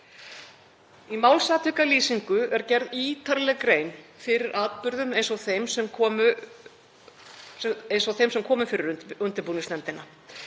Í málsatvikalýsingu er gerð ítarleg grein fyrir atburðum eins og þeir komu fyrir undirbúningsnefndina.